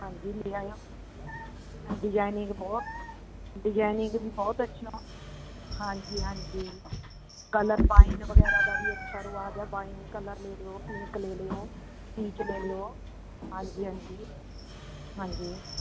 ਹਾਂਜੀ ਲੈ ਆਇਓ ਡਿਜ਼ਾਈਨਿੰਗ ਬਹੁਤ ਡਿਜ਼ਾਈਨਿੰਗ ਵੀ ਬਹੁਤ ਅੱਛੀਆਂ ਹਾਂਜੀ ਹਾਂਜੀ ਕਲਰ ਵਾਈਨ ਵਗੈਰਾ ਦਾ ਵੀ ਅੱਛਾ ਰਹੂ ਆ ਗਿਆ ਵਾਈਨ ਕਲਰ ਲੈ ਲਿਓ ਪਿੰਕ ਲੈ ਲਿਓ ਪੀਚ ਲੈ ਲਿਓ ਹਾਂਜੀ ਹਾਂਜੀ ਹਾਂਜੀ